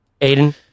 Aiden